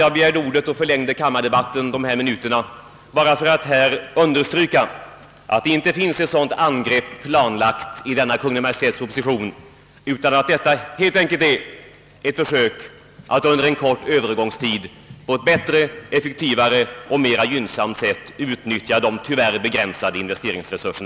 Jag begärde ordet och förlängde kammardebatten med dessa minuter för att understryka, att det inte finns något planlagt angrepp av detta slag i Kungl. Maj:ts proposition utan att det helt enkelt rör sig om ett försök att under en kort övergångstid på ett bättre, effektivare och mera gynnsamt sätt utnyttja våra tyvärr begränsade investeringsresurser.